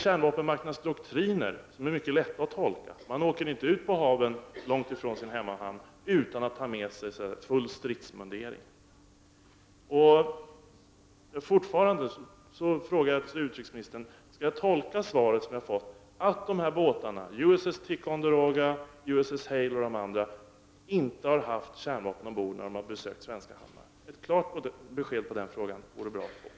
Kärnvapenmakternas doktriner är dessutom mycket lätta att tolka. Man åker inte ut på haven långt ifrån sin hemmahamn utan att ta med sig full stridsmundering. Fortfarande frågar jag utrikesministern om jag skall tolka svaret som jag har fått så att dessa båtar — USS Ticonderoga och USS Hayler m.fl. — inte har haft kärnvapen ombord när de har besökt svenska hamnar. Ett klart besked på den frågan vore bra att få.